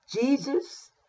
Jesus